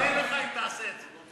אני אודה לך אם תעשה את זה.